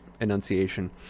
enunciation